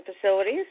facilities